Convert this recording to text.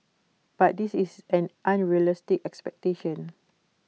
but this is an unrealistic expectation